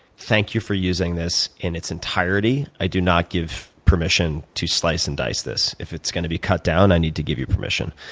thank you for using this in its entirety. i do not give permission to slice and dice this. if it's going to be cut down, i need to give you permission.